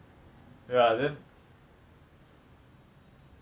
ya no and also there was the other movie err ghajini